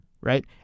right